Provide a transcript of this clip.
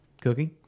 Cookie